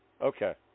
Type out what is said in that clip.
Okay